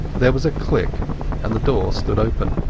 there was a click and the door stood open.